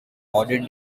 modern